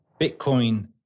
Bitcoin